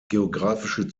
geographische